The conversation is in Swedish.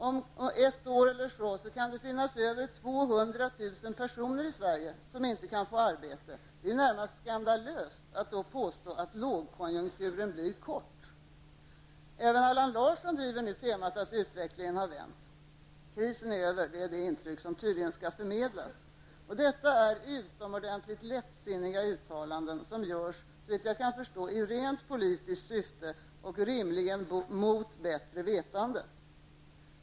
Om cirka ett år kan det finnas över 200 000 personer i Sverige som inte kan få arbete. Det är då närmast skandalöst att påstå att ''lågkonjunkturen blir kort''. Även Allan Larsson driver nu temat att utvecklingen har vänt. Krisen är över -- det är det intryck som tydligen skall förmedlas. Detta är utomordentligt lättsinniga uttalanden som, såvitt jag kan förstå, görs i rent politiskt syfte och rimligen mot bättre vetande.